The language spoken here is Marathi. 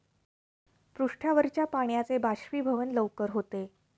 पृष्ठावरच्या पाण्याचे बाष्पीभवन लवकर होते